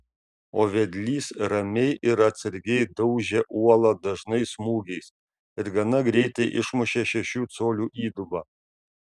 o vedlys ramiai ir atsargiai daužė uolą dažnais smūgiais ir gana greitai išmušė šešių colių įdubą